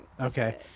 Okay